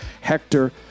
Hector